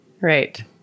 right